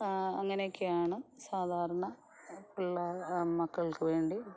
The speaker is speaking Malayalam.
അങ്ങനെയൊക്കെയാണ് സാധാരണ പിള്ള മക്കൾക്ക് വേണ്ടി